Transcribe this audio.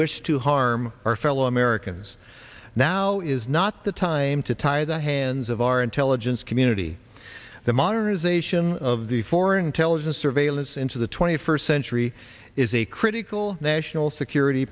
wish to harm our fellow americans now is not the time to tie the hands of our intelligence community the modernization of the foreign intelligence surveillance into the twenty first century is a critical national security